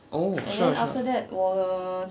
oh sure sure